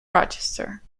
rochester